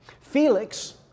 Felix